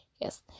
yes